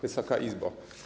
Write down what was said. Wysoka Izbo!